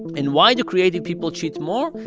and why do creative people cheat more?